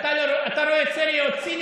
אתה רוצה להיות ציני?